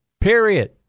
period